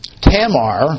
Tamar